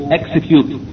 execute